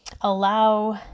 allow